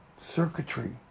circuitry